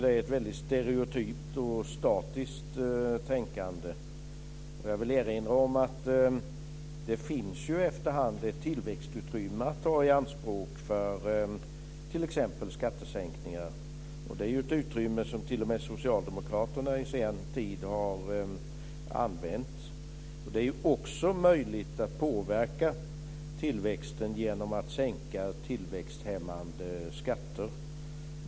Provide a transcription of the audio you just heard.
Det är ett väldigt stereotypt och statiskt tänkande. Jag vill erinra om att det efterhand finns ett tillväxtutrymme att ta i anspråk för t.ex. skattesänkningar. Det är ju ett utrymme som t.o.m. Socialdemokraterna har använt i sen tid. Det är också möjligt att påverka tillväxten genom att sänka tillväxthämmande skatter.